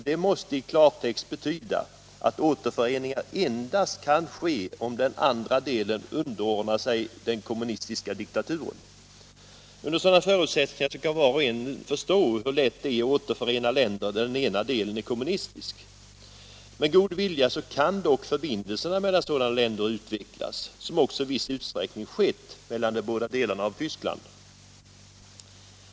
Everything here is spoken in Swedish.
Det måste i klartext betyda att återföreningar endast kan ske om den andra delen underordnar sig den kommunistiska diktaturen. Under sådana förutsättningar kan var och en förstå hur lätt det är att återförena länder där den ena delen är kommunistisk. Med god vilja kan dock förbindelserna mellan sådana länder utvecklas, som också i viss utsträckning skett mellan de båda delarna av Tyskland.